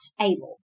able